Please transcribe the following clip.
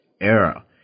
Era